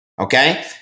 Okay